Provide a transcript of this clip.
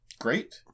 great